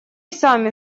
сами